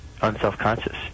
unselfconscious